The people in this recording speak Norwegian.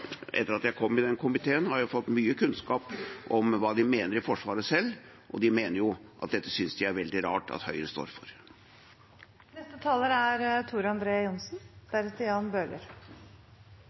etter at jeg kom med i denne komiteen, har jeg fått mye kunnskap om hva de mener i Forsvaret, og de synes det er veldig rart at Høyre står